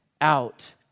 out